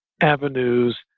avenues